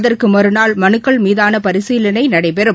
அதற்கு மறுநாள் மனுக்கள் மீதான பரிசீலனை நடைபெறும்